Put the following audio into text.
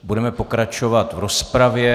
Budeme pokračovat v rozpravě.